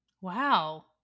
Wow